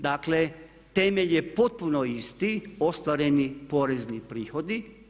Dakle, temelj je potpuno isti ostvareni porezni prihodi.